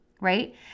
right